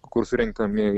kur surenkami